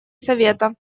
совета